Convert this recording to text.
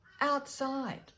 outside